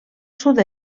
sud